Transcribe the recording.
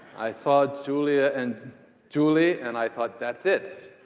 i saw julia and julie and i thought, that's it.